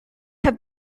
have